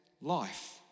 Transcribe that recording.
life